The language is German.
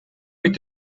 mit